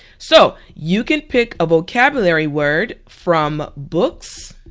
so you can pick a vocabulary word from books,